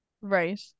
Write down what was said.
Right